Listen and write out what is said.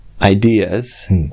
ideas